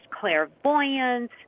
clairvoyance